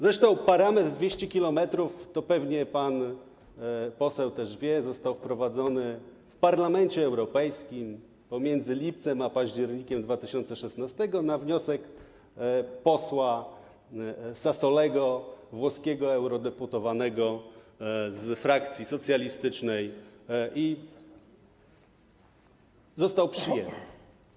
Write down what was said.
Zresztą parametr 200 km - o tym pewnie pan poseł też wie - został wprowadzony w Parlamencie Europejskim pomiędzy lipcem a październikiem 2016 r. na wniosek posła Sassolego, włoskiego eurodeputowanego z frakcji socjalistycznej, i został przyjęty.